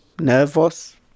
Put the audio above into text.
nervous